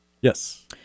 Yes